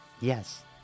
Yes